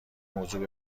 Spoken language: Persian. موضوع